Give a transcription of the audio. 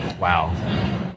wow